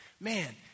man